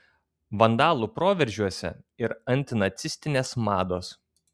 vandalų proveržiuose ir antinacistinės mados